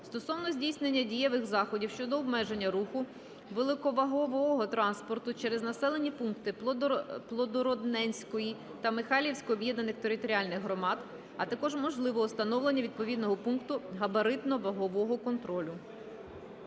стосовно здійснення дієвих заходів щодо обмеження руху великовагового транспорту через населені пункти Плодородненської та Михайлівської об'єднаних територіальних громад, а також можливого встановлення відповідного пункту габаритно-вагового контролю.